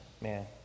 man